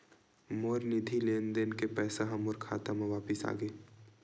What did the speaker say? मोर निधि लेन देन के पैसा हा मोर खाता मा वापिस आ गे